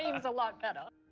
seems a lot better.